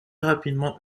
rapidement